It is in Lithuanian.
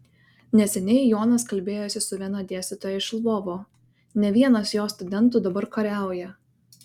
neseniai jonas kalbėjosi su viena dėstytoja iš lvovo ne vienas jos studentų dabar kariauja